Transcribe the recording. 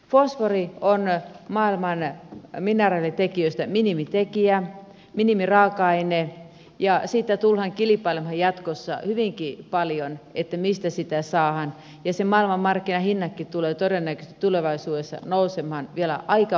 fosfori on maailman mineraalitekijöistä minimitekijä minimiraaka aine ja siitä tullaan kilpailemaan jatkossa hyvinkin paljon mistä sitä saadaan ja sen maailmanmarkkinahinnatkin tulevat todennäköisesti tulevaisuudessa nousemaan vielä aika paljon